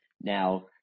Now